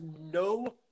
no